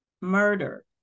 murder